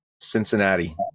cincinnati